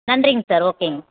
நன்றிங்க சார் ஓகேங்க